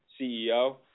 CEO